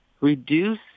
reduce